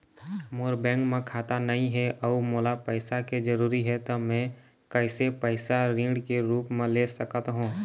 मोर bank म खाता नई हे अउ मोला पैसा के जरूरी हे त मे कैसे पैसा ऋण के रूप म ले सकत हो?